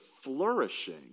flourishing